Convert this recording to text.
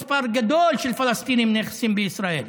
מספר גדול של פלסטינים נכנסים לישראל,